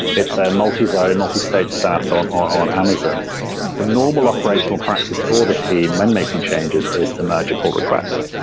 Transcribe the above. it's a multi-zone, multi-stage saas on on amazon the normal operational practice for the team when making changes is to merge a pull request.